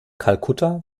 kalkutta